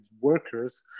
workers